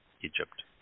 Egypt